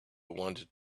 wanted